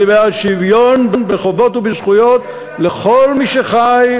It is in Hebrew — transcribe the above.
אני בעד שוויון בחובות ובזכויות לכל מי שחי,